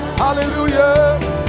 Hallelujah